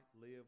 live